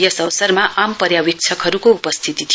यस अवसरमा आम पर्यावेक्षकहरुको उपस्थिती थियो